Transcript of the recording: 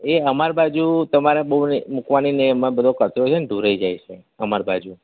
એ અમાર બાજુ તમારે બહુ નહીં મૂકવાની નહીં એમાં બધો કચરો છે ને ઢોળાઈ જાય છે અમારી બાજુ